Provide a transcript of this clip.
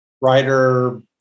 writer